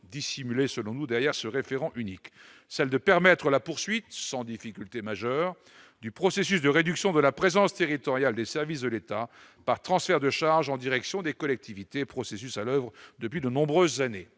dissimulés, selon nous, d'ailleurs, se référent unique : celle de permettre la poursuite sans difficulté majeure du processus de réduction de la présence territoriale des services de l'État, par transfert de charge en direction des collectivités processus à l'oeuvre depuis de nombreuses années,